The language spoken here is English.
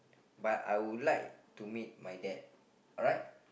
but I would like to meet my dad alright